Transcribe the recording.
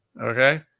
okay